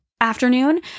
afternoon